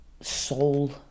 soul